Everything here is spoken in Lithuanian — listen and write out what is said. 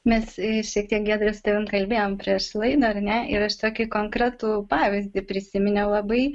mes šiek tiek giedre su tavim kalbėjom prieš laidą ar ne ir aš tokį konkretų pavyzdį prisiminiau labai